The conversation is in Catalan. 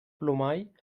plomall